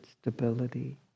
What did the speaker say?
stability